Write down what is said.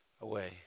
away